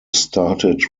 started